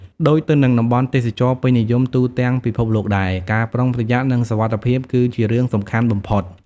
ដូចទៅនឹងតំបន់ទេសចរណ៍ពេញនិយមទូទាំងពិភពលោកដែរ ការប្រុងប្រយ័ត្ន និងសុវត្ថិភាព គឺជារឿងសំខាន់បំផុត។